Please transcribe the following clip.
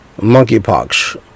monkeypox